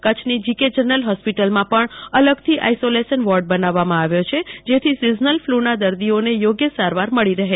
કચ્છની જનરલ હોસ્પિટલમાં પણ અલગથી આઈસોલેશન વોર્ડ બનાવવામાં આવ્યો છે જેથી સીઝનલ ફ્લુના દર્દીઓને યોગ્ય સારવાર મળી રહે